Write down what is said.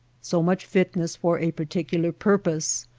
so much fitness for a par ticular purpose,